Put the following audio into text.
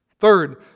Third